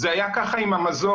זה היה ככה עם המזון,